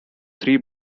three